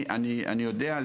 אני יודע,